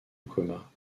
coma